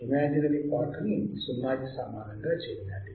imaginary part ని 0 కి సమానంగా చేయాలి